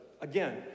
Again